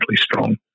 strong